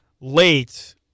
late